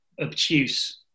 obtuse